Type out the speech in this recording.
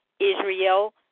Israel